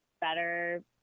better